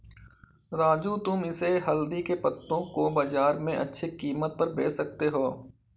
राजू तुम मुझे हल्दी के पत्तों को बाजार में अच्छे कीमत पर बेच सकते हो